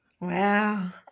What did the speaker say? Wow